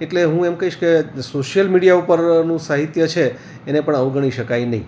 એટલે હું એમ કહીશ કે સોસિયલ મીડિયા ઉપરનું સાહિત્ય છે એને પણ અવગણી શકાય નહીં